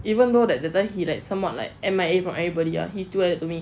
even though that the time he like somewhat like M_I_A from everybody ah he still write to me